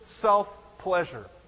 self-pleasure